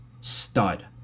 stud